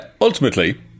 ultimately